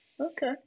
Okay